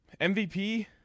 MVP